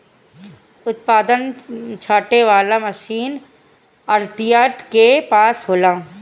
उत्पादन छाँटे वाला मशीन आढ़तियन के पास होला